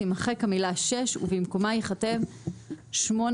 תימחק המילה 'שש' ובמקומה ייכתב 'שמונה'.